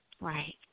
Right